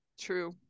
true